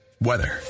weather